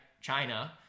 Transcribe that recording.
China